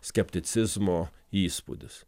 skepticizmo įspūdis